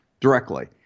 directly